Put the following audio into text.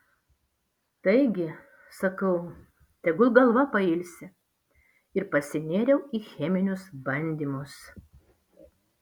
taigi sakau tegul galva pailsi ir pasinėriau į cheminius bandymus